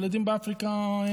ילדים באפריקה,